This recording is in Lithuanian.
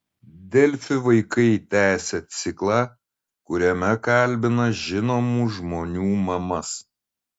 delfi vaikai tęsia ciklą kuriame kalbina žinomų žmonių mamas